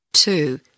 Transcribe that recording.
Two